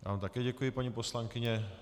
Já vám také děkuji, paní poslankyně.